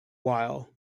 while